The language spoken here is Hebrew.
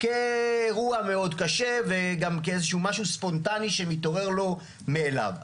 זה נראה כאירוע מאוד קשה וכמשהו ספונטני שמתעורר לו מאליו.